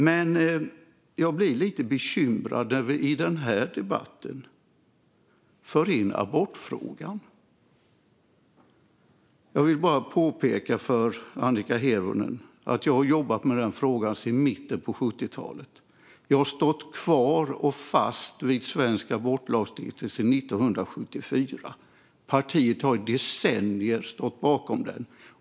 Men jag blir lite bekymrad när vi för in abortfrågan i den här debatten. Jag vill bara påpeka för Annika Hirvonen att jag har jobbat med den frågan sedan mitten av 1970-talet. Jag har stått fast vid svensk abortlagstiftning sedan 1974. Partiet har i decennier stått bakom den.